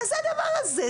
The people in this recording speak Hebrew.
מה זה הדבר הזה?